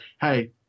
hey